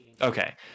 Okay